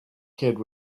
kid